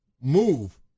move